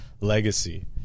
legacy